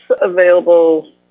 available